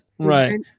Right